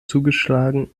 zugeschlagen